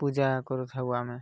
ପୂଜା କରୁଥାଉ ଆମେ